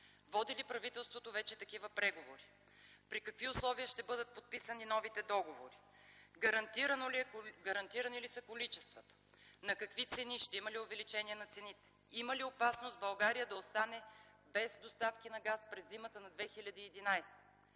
Води ли правителството вече такива преговори? При какви условия ще бъдат подписани новите договори? Гарантирани ли са количествата? На какви цени – ще има ли увеличения на цените? Има ли опасност България да остане без доставки на газ през зимата на 2011 г.?